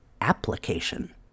application